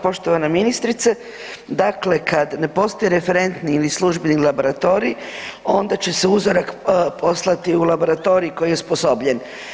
Poštovana ministrice, dakle kad ne postoje referentni ili službeni laboratorij, onda će uzorak poslati u laboratorij koji je osposobljen.